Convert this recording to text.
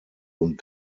und